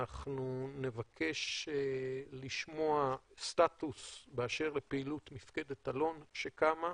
אנחנו נבקש לשמוע סטטוס באשר לפעילות מפקדת אלון שקמה,